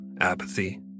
apathy